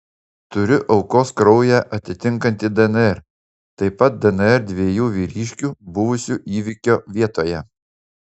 turiu aukos kraują atitinkantį dnr taip pat dnr dviejų vyriškių buvusių įvykio vietoje